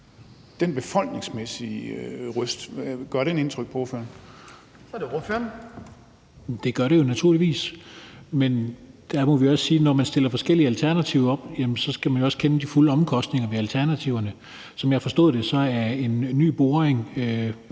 er det ordføreren. Kl. 18:15 Steffen Larsen (LA): Det gør det jo naturligvis, men der må vi også sige, at når man stiller forskellige alternativer op, skal man jo også kende de fulde omkostninger ved alternativerne. Som jeg forstod det, er en ny boring